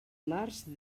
març